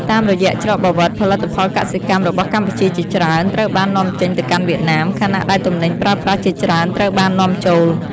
តាមរយៈច្រកបាវិត ផលិតផលកសិកម្មរបស់កម្ពុជាជាច្រើនត្រូវបាន នាំចេញទៅកាន់វៀតណាម ខណៈដែលទំនិញប្រើប្រាស់ជាច្រើនត្រូវបាននាំចូល។